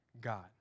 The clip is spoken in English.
God